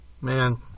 Man